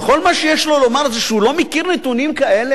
וכל מה שיש לו לומר זה שהוא לא מכיר נתונים כאלה.